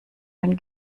den